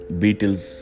beetles